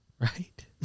Right